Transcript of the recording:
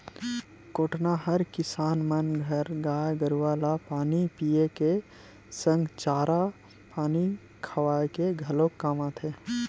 कोटना हर किसान मन घर गाय गरुवा ल पानी पियाए के संग चारा पानी खवाए के घलोक काम आथे